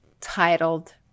titled